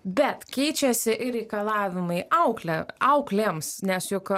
bet keičiasi ir reikalavimai auklei auklėms nes juk